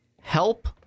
help